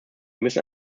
müssen